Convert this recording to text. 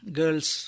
girls